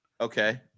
Okay